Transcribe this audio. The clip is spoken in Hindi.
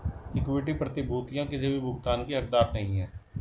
इक्विटी प्रतिभूतियां किसी भी भुगतान की हकदार नहीं हैं